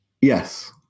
Yes